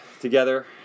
together